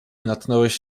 natknąłeś